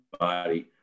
body